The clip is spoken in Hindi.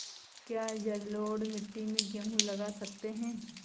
क्या जलोढ़ मिट्टी में गेहूँ लगा सकते हैं?